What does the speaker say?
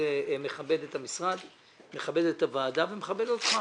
זה מכבד את המשרד, מכבד את הוועדה ומכבד אותך.